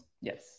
Yes